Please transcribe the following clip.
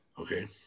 Okay